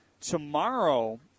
tomorrow